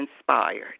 inspired